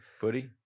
Footy